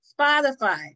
Spotify